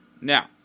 Now